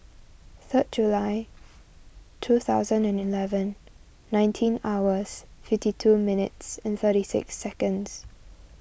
third July two thousand and eleven nineteen hours fifty two minutes and thirty six seconds